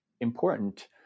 important